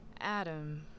Adam